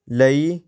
ਲਈ